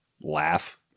laugh